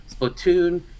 Splatoon